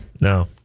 No